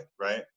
right